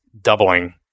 doubling